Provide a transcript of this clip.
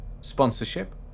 Sponsorship